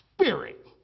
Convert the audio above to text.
spirit